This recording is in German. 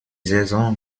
saison